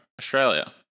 Australia